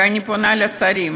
ואני פונה לשרים,